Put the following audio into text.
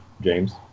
James